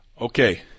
Okay